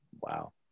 wow